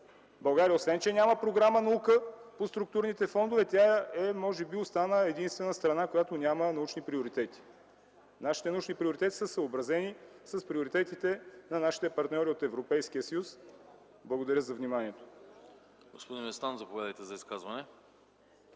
България освен че няма програма „Наука” по структурните фондове, тя може би остана единствената страна, която няма научни приоритети. Нашите научни приоритети са съобразени с приоритетите на нашите партньори от Европейския съюз. Благодаря за вниманието. ПРЕДСЕДАТЕЛ АНАСТАС АНАСТАСОВ: Господин Местан, заповядайте за изказване.